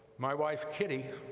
my wife kitty